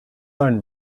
own